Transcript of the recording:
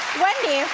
wendy,